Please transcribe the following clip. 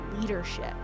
leadership